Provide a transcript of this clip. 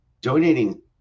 donating